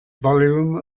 volume